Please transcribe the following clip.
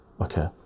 okay